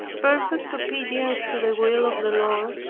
perfect obedience to the will of the lord,